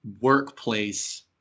workplace